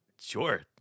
sure